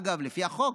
אגב, לפי החוק,